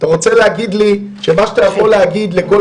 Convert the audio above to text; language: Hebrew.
אתה רוצה להגיד לי שמה שאתה יכול להגיד לכל